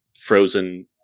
frozen